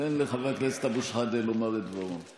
תן לחבר הכנסת אבו שחאדה לומר את דברו.